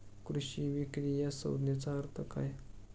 कृषी विक्री या संज्ञेचा अर्थ काय?